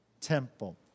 Temple